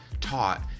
taught